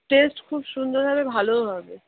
test খুব সুন্দর হবে ভালোও হবে